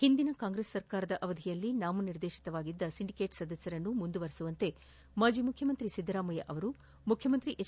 ಹಿಂದಿನ ಕಾಂಗ್ರೆಸ್ ಸರ್ಕಾರ ಅವಧಿಯಲ್ಲಿ ನಾಮ ನಿರ್ದೇತನವಾಗಿದ್ದ ಸಿಂಡಿಕೇಟ್ ಸದಸ್ಟರನ್ನು ಮುಂದುವರೆಸುವಂತೆ ಮಾಜಿ ಮುಖ್ಯಮಂತ್ರಿ ಸಿದ್ದರಾಮಯ್ಯ ಅವರು ಮುಖ್ಯಮಂತ್ರಿ ಹೆಚ್